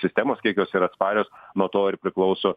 sistemos kiek jos yra tvarios nuo to ir priklauso